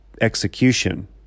execution